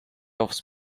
offs